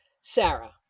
Sarah